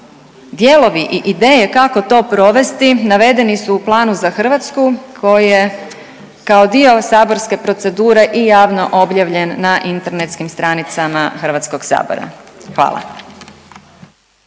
dijelovi i ideje kako to provesti navedeni su u planu za Hrvatsku koji je kao dio saborske procedure i javno objavljen na internetskim stranicama Hrvatskog sabora. Hvala.